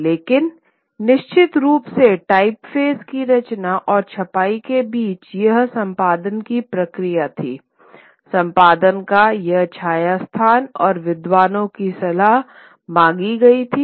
लेकिन निश्चित रूप से टाइपफेस की रचना और छपाई के बीच यह संपादन की प्रक्रिया थी संपादन का यह छाया स्थान और विद्वानों की सलाह मांगी गई थी